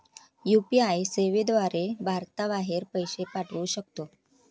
UPI सेवेद्वारे भारताबाहेर पैसे पाठवू शकतो